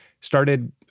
started